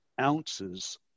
ounces